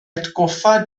atgoffa